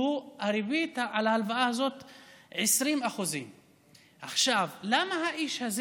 כי הריבית על ההלוואה הזאת היא 20%. למה האיש הזה